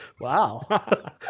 Wow